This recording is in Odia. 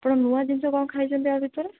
ଆପଣ ନୂଆ ଜିନଷ କ'ଣ ଖାଇଚନ୍ତି ଆ ଭିତରେ